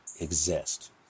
exist